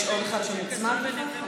יש עוד אחד שמוצמד לזה?